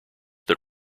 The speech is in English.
that